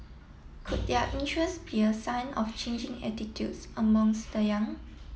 could their interest be a sign of changing attitudes amongst the young